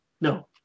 No